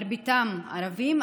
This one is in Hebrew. מרביתם ערבים,